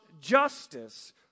justice